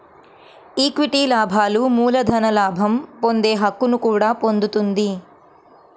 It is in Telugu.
ఈక్విటీ లాభాలు మూలధన లాభం పొందే హక్కును కూడా పొందుతుంది